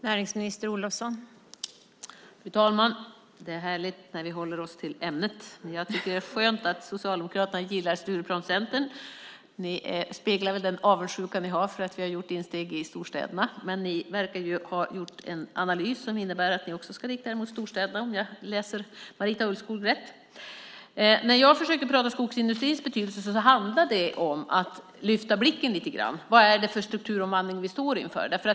Fru talman! Det är härligt när vi håller oss till ämnet. Det är skönt att Socialdemokraterna gillar Stureplanscentern. Det speglar väl den avundsjuka ni har för att vi har vunnit insteg i storstäderna. Men ni verkar ha gjort en analys som innebär att ni också ska rikta er mot storstäderna, om jag läser Marita Ulvskog rätt. När jag försökte prata om skogsindustrins betydelse handlade det om att lyfta blicken lite grann. Vad är det för strukturomvandling vi står inför?